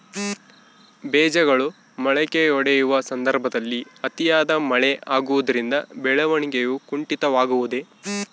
ಬೇಜಗಳು ಮೊಳಕೆಯೊಡೆಯುವ ಸಂದರ್ಭದಲ್ಲಿ ಅತಿಯಾದ ಮಳೆ ಆಗುವುದರಿಂದ ಬೆಳವಣಿಗೆಯು ಕುಂಠಿತವಾಗುವುದೆ?